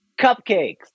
cupcakes